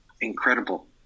Incredible